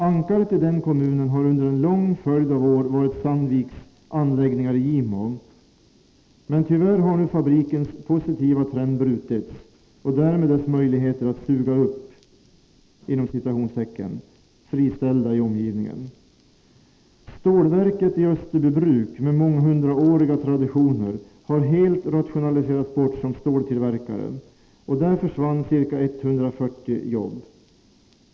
Ankaret i denna kommun har under en lång följd av år varit Sandviks anläggningar i Gimo, men tyvärr har nu fabrikens positiva trend brutits och därmed dess möjlighet att ”suga upp” friställda i omgivningen. Stålverket i Österbybruk, med månghundraåriga traditioner, har helt rationaliserats bort som ståltillverkare, och där försvann ca 140 jobb.